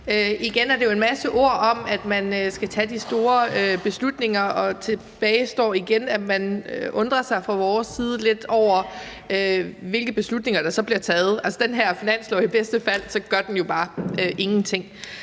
Igen er det jo en masse ord om, at man skal tage de store beslutninger, og tilbage står igen, at man undrer sig lidt fra vores side over, hvilke beslutninger der så bliver taget. Altså, den her finanslov gør jo i bedste fald bare ingenting.